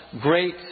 Great